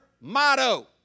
motto